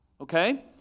okay